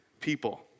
people